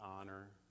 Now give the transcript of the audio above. honor